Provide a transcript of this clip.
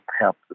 help